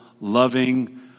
loving